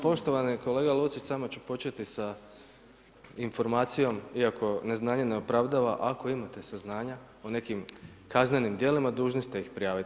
Poštovani kolega Lucić, samo ću početi sa informacijom, iako neznanje ne opravdava, ako imate saznanja o nekim kaznenim djelima dužni ste ih prijaviti.